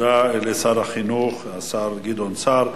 תודה לשר החינוך, השר גדעון סער.